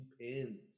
pins